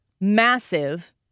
massive